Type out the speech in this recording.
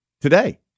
today